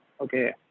okay